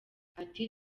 ati